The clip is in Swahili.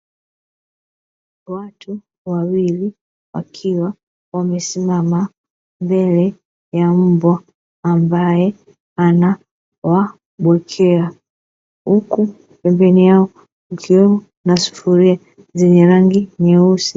Watu wawili wakiwa wamesimama mbele ya mbwa ambae anawabwekea, huku pembeni yao kukiwemo na sufuria lenye rangi nyeusi.